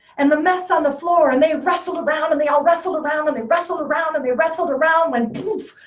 and the mess on the floor, and they wrestled around, and they all wrestled around, and they wrestled around, and they wrestled around when poof!